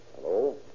Hello